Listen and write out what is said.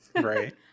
Right